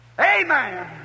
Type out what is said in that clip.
Amen